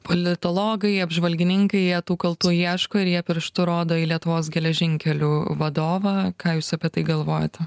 politologai apžvalgininkai jie tų kaltų ieško ir jie pirštu rodo į lietuvos geležinkelių vadovą ką jūs apie tai galvojate